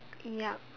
yup